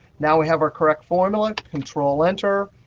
now we have our correct formula. control-enter,